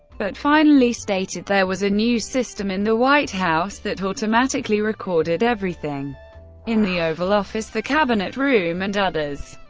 but finally stated there was a new system in the white house that automatically recorded everything in the oval office, the cabinet room and others,